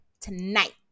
tonight